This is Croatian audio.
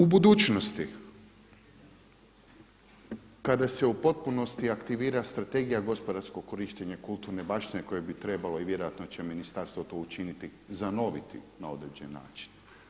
U budućnosti kada se u potpunosti aktivira Strategija gospodarskog korištenja kulturne baštine koje bi trebalo i vjerojatno će ministarstvo to i učiniti zanoviti na određeni način.